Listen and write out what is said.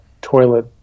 toilet